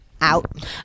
out